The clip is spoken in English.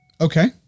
Okay